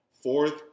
Fourth